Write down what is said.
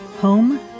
Home